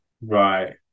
right